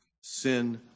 Sin